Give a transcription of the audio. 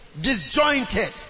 Disjointed